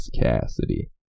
Cassidy